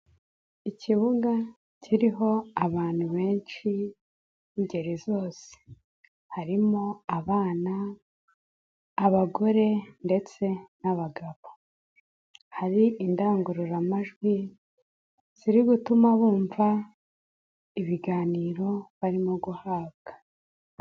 Ikibuga kiriho abantu benshi b'ingeri zose, harimo abana, abagore ndetse n'abagabo, hari indangururamajwi ziri gutuma bumva ibiganiro barimo guhabwa.